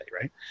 right